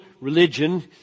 religion